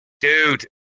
Dude